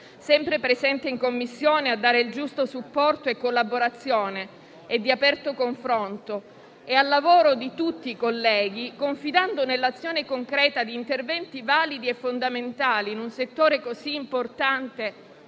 sempre presente in Commissione a dare il giusto supporto, con collaborazione e aperto confronto, e del lavoro svolto da tutti i colleghi; confidando nell'azione e concreta di interventi validi e fondamentali, in un settore così importante